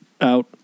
out